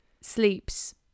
sleeps